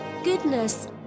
Goodness